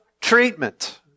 treatment